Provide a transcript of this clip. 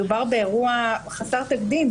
מדובר באירוע חסר תקדים,